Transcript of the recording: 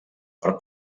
per